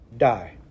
die